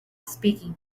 speaking